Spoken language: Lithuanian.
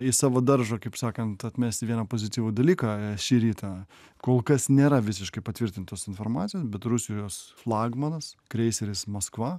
iš savo daržo kaip sakant atmesti vieną pozityvų dalyką šį rytą kol kas nėra visiškai patvirtintos informacijos bet rusijos flagmanas kreiseris maskva